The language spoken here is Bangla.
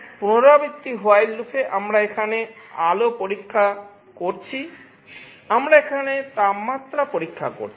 পুনরাবৃত্তি while লুপে আমরা এখানে আলো পরীক্ষা করছি আমরা এখানে তাপমাত্রা পরীক্ষা করছি